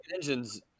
engines